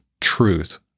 truth